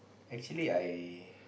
actually I